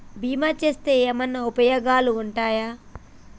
బీమా చేస్తే ఏమన్నా ఉపయోగాలు ఉంటయా?